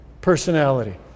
personality